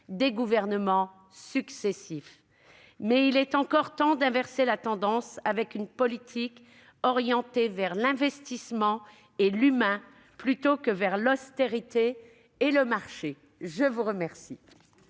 des gouvernements successifs. Il est encore temps d'inverser la tendance en adoptant une politique orientée vers l'investissement et l'humain plutôt que vers l'austérité et le marché. Vive l'austérité